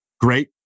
Great